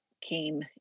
came